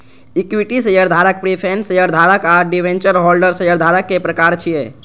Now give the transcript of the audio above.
equity शेयरधारक, preference शेयरधारक आ डिवेंचर होल्डर शेयरधारक के प्रकार छियै